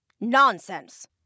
Nonsense